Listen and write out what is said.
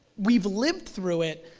we've lived through it,